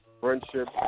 friendship